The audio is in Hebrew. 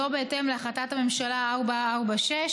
וזאת בהתאם להחלטת הממשלה 446,